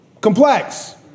complex